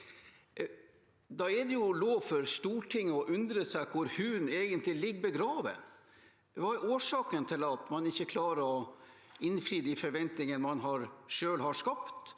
Da er det jo lov for Stortinget å undre seg over hvor hunden egentlig ligger begravet. Hva er årsaken til at man ikke klarer å innfri de forventningene man selv har skapt?